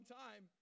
time